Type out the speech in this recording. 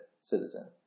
citizen